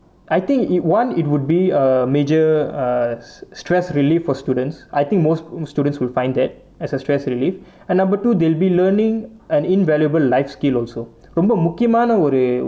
I think it [one] it would be a major uh stress relief for students I think most students will find that as a stress relief and number two they'll be learning an invaluable life skill also ரொம்ப முக்கியமான ஒரு:romba mukkiyamaana oru